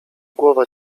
głowa